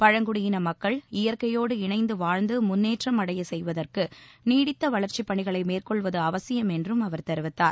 பழங்குடியின மக்கள் இயற்கையோடு இணைந்து வாழ்ந்து முன்னேற்றமடையச் செய்வதற்கு நீடித்த வளர்ச்சிப் பணிகளை மேற்கொள்வது அவசியம் என்றும் அவர் தெரிவித்தார்